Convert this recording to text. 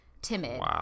timid